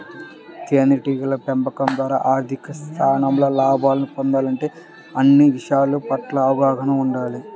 తేనెటీగల పెంపకం ద్వారా అధిక స్థాయిలో లాభాలను పొందాలంటే అన్ని విషయాల పట్ల అవగాహన ఉండాలి